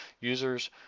Users